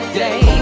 day